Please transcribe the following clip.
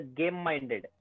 game-minded